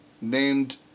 named